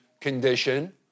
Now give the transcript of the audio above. condition